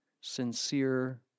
sincere